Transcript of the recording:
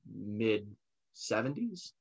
mid-70s